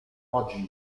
oggi